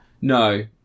No